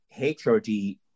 HRD